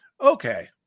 Okay